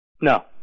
No